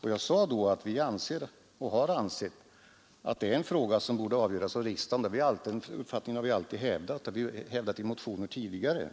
Jag sade då att vi anser och har ansett att det är en fråga som borde avgöras av riksdagen. Den uppfattningen har vi alltid hävdat i motioner tidigare.